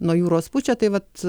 nuo jūros pučia tai vat